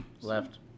Left